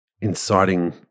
inciting